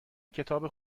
کتاب